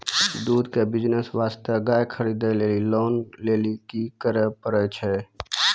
दूध के बिज़नेस वास्ते गाय खरीदे लेली लोन लेली की करे पड़ै छै?